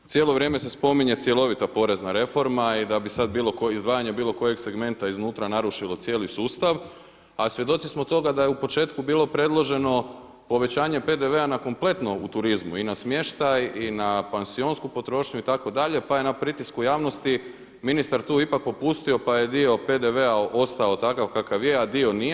Cijelo vrijeme se spominje cjelovita porezna reforma i da bi izdvajanje bilo kojeg segmenta iznutra narušilo cijeli sustav, a svjedoci smo toga da je u početku bilo predloženo povećanje PDV-a na kompletno u turizmu i na smještaj i na pansionsku potrošnju itd. pa je na pritisku javnosti ministar tu ipak popustio pa je dio PDV-a ostao takav kakav je, a dio nije.